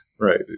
Right